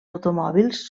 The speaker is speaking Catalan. automòbils